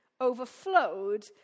overflowed